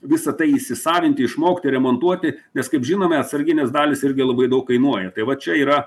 visa tai įsisavinti išmokti remontuoti nes kaip žinome atsarginės dalys irgi labai daug kainuoja tai vat čia yra